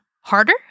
harder